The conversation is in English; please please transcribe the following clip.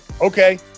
okay